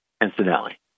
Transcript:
incidentally